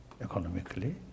economically